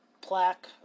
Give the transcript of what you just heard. plaque